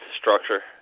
structure